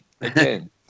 again